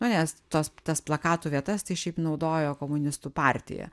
nu nes tos tas plakatų vietas tai šiaip naudojo komunistų partija